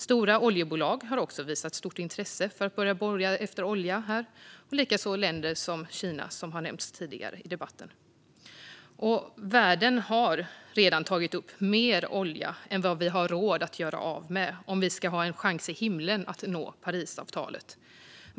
Stora oljebolag har också visat stort intresse för att börja borra efter olja här, likaså länder som Kina, som har nämnts tidigare i debatten. Världen har redan tagit upp mer olja än vad vi har råd att göra av med om vi ska ha en chans i himlen att nå Parisavtalet.